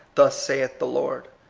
thus saith the lord.